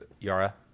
yara